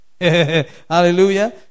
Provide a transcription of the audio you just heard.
Hallelujah